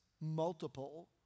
multiple